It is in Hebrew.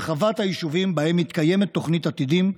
הרחבת היישובים שבהם מתקיימת תוכנית "עתידים",